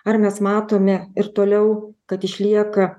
ar mes matome ir toliau kad išlieka